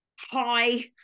hi